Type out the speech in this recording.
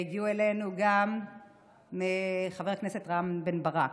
והגיע אלינו גם חבר הכנסת רם בן ברק,